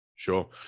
Sure